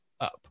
up